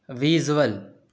visual